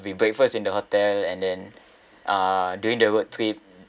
be breakfast in the hotel and then uh during the road trip